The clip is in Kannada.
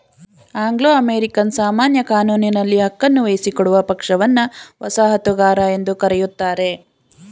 ಅಂಗ್ಲೋ ಅಮೇರಿಕನ್ ಸಾಮಾನ್ಯ ಕಾನೂನಿನಲ್ಲಿ ಹಕ್ಕನ್ನು ವಹಿಸಿಕೊಡುವ ಪಕ್ಷವನ್ನ ವಸಾಹತುಗಾರ ಎಂದು ಕರೆಯುತ್ತಾರೆ